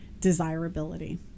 desirability